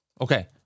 Okay